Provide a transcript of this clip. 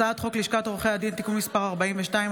הצעת חוק לשכת עורכי הדין (תיקון מס' 42),